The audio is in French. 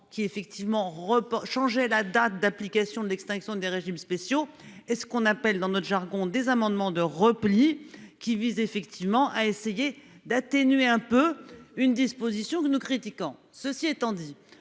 qui effectivement. Changer la date d'application de l'extinction des régimes spéciaux et ce qu'on appelle dans notre jargon des amendements de repli qui vise effectivement à essayer d'atténuer un peu, une disposition que nous critiquant. Ceci étant dit,